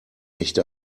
echte